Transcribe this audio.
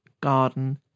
garden